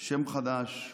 שם חדש,